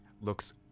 looks